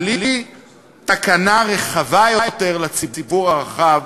בלי תקנה רחבה יותר לציבור הרחב,